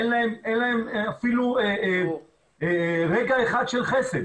אין להם אפילו רגע אחד של חסד.